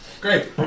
Great